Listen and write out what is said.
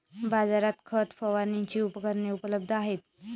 बाजारात खत फवारणीची उपकरणे उपलब्ध आहेत